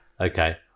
Okay